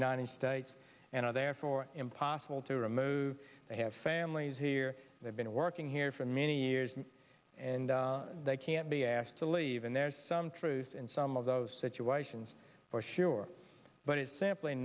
united states and are therefore impossible to remove they have families here they've been working here for many years and they can't be asked to leave and there's some truth in some of those situations for sure but it's simply